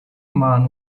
man